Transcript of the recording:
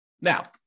Now